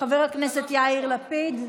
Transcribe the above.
חבר הכנסת יאיר לפיד,